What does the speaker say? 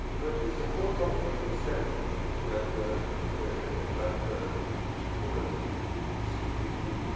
but it's a whole topic unto itself ah that ah that humans seem to be